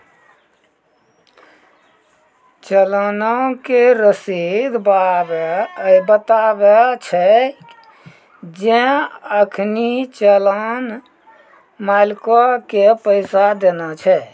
चलानो के रशीद बताबै छै जे अखनि चलान मालिको के पैसा देना छै